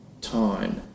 time